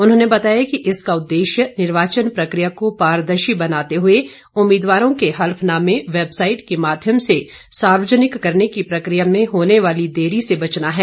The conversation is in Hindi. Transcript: उन्होंने बताया कि इसका उद्देश्य निर्वाचन प्रकिया को पारदर्शी बनाते हुए उम्मीदवारों के हलफनामे वैबसाइट के माध्यम से सार्वजनिक करने की प्रकिया में होने वाली देरी से बचना है